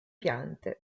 piante